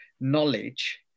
knowledge